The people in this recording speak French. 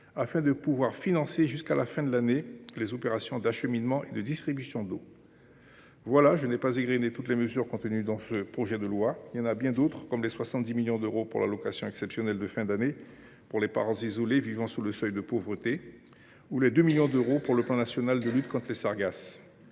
afin de pouvoir financer jusqu’à la fin de l’année les opérations d’acheminement et de distribution d’eau. Je n’égraine pas toutes les mesures contenues dans ce PLFG, il y en a bien d’autres, comme les 70 millions d’euros au titre d’une allocation exceptionnelle de fin d’année pour les parents isolés vivant sous le seuil de pauvreté ou les 2 millions d’euros pour le plan national de lutte contre les sargasses.